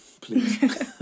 Please